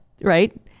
right